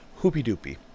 Hoopy-doopy